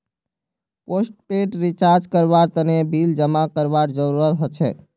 postpaid recharge करवार तने bill जमा करवार जरूरत हछेक